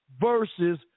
versus